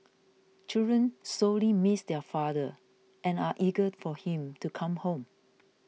children sorely miss their father and are eager for him to come home